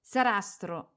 Sarastro